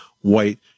white